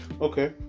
Okay